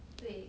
对